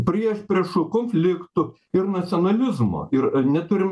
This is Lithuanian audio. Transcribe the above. priešpriešų konfliktų ir nacionalizmo ir neturim